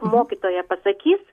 mokytoja pasakys